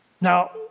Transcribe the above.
Now